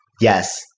Yes